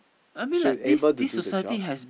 should able to do the job